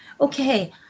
Okay